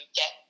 get